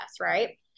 right